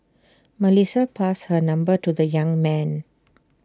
Melissa passed her number to the young man